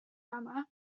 yma